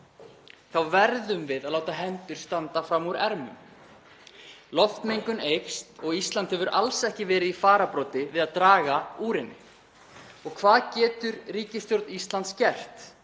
þá verðum við að láta hendur standa fram úr ermum. Loftmengun eykst og Ísland hefur alls ekki verið í fararbroddi við að draga úr henni. Og hvað getur ríkisstjórn Íslands gert?